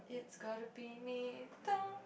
it's gotta be me